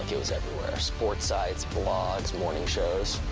it it was everywhere. sports sites, blogs, morning shows.